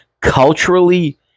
Culturally